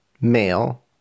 male